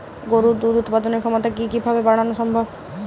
গরুর দুধ উৎপাদনের ক্ষমতা কি কি ভাবে বাড়ানো সম্ভব?